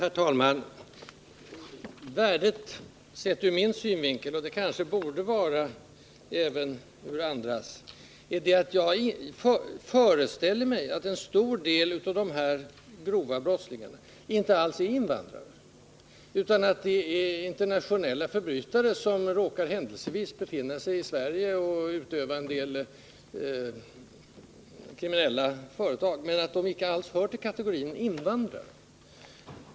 Herr talman! Värdet sett ur min synvinkel — och det kanske borde vara ett värde ur andras synvinkel —- är att jag föreställer mig att en stor del av de grova brottslingarna inte alls är invandrare utan internationella förbrytare som händelsevis råkar befinna sig i Sverige och där utövar en del kriminella aktiviteter men som inte alls hör till kategorin invandrare.